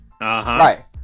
Right